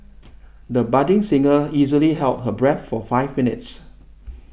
the budding singer easily held her breath for five minutes